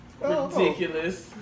Ridiculous